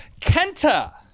Kenta